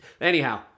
Anyhow